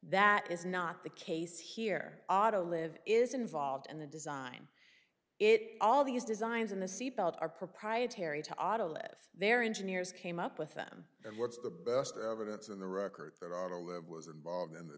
that is not the case here auto live is involved in the design it all these designs in the seat belt are proprietary to auto live their engineers came up with them and what's the best evidence in the record that all that was involved in the